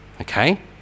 okay